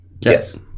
Yes